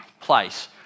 place